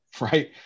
right